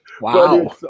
Wow